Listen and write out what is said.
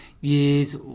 years